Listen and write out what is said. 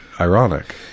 ironic